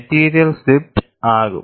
material slip ആകും